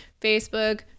Facebook